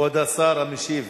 כבוד השר המשיב,